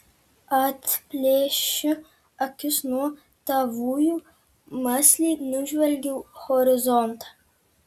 atplėšiu akis nuo tavųjų mąsliai nužvelgiu horizontą